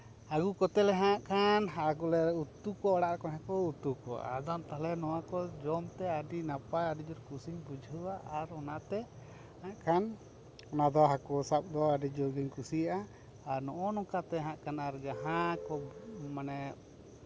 ᱟᱹᱜᱩ ᱠᱚᱛᱮ ᱞᱮ ᱦᱟᱸᱜ ᱠᱷᱟᱱ ᱦᱟᱹᱠᱩᱞᱮ ᱩᱛᱩ ᱠᱚᱣᱟ ᱚᱲᱟᱜ ᱠᱚᱨᱮ ᱦᱚᱸᱠᱚ ᱩᱛᱩ ᱠᱚᱣᱟ ᱟᱫᱚ ᱛᱟᱞᱦᱮ ᱱᱚᱶᱟ ᱠᱚᱨᱮ ᱡᱚᱢ ᱛᱮ ᱟᱹᱰᱤ ᱱᱟᱯᱟᱭ ᱟᱹᱰᱤ ᱡᱳᱨ ᱠᱩᱥᱤᱧ ᱵᱩᱡᱷᱟᱹᱣᱟ ᱟᱨ ᱚᱱᱟᱛᱮ ᱦᱟᱸᱜ ᱠᱷᱟᱱ ᱚᱱᱟᱫᱚ ᱦᱟᱹᱠᱩ ᱥᱟᱵ ᱫᱚ ᱱᱟᱜ ᱠᱷᱟᱱ ᱟᱹᱰᱤ ᱡᱮᱨ ᱜᱤᱧ ᱠᱩᱥᱤᱣᱟᱜᱼᱟ ᱟᱨ ᱱᱚᱼᱚ ᱱᱚᱝᱠᱟᱛᱮ ᱱᱟᱜ ᱠᱷᱟᱱ ᱡᱟᱦᱟᱸ ᱠᱚ ᱢᱟᱱᱮ